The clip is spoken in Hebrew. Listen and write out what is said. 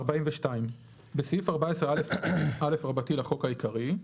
"42.בסעיף 14א לחוק העיקרי,